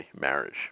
marriage